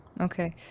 Okay